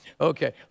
Okay